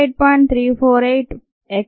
348 x plus 1